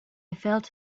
felt